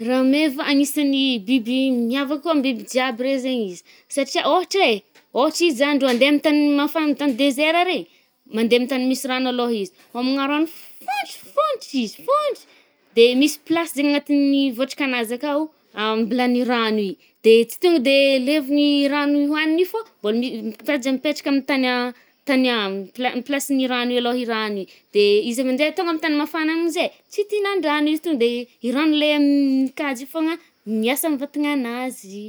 Rameva, agnisan’ny biby ih miavaka kôa amy biby jiaby regny zaigny izy. Satrià ôhatra eh, ôhatr’izy zagny ndrô andeha amy tagny m- mafagna- tagny désert re, mande amy tagny misy rano alôha izy, hômagna rano fontry fôntra izy, fôntry. De misy place zaigny agnatin’ny vôtriky anazy akao, ambilagny i rano i. de tsy tonga de levogny i rano ohaniny i fô mbô-mi- mtady zaigny mipetraka amy tagny tagny amy place-placen’i rano i alôha i rano i, de izy ave aminje tonga amy tagny mafana amzay, tsy ti-hinan-drano izy. To nde i rano le amin’ kajy i fôgna miasa amy vatagna anazy.